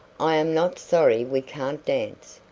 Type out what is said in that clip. i am not sorry we can't dance,